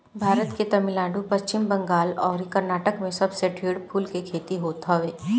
भारत के तमिलनाडु, पश्चिम बंगाल अउरी कर्नाटक में सबसे ढेर फूल के खेती होत हवे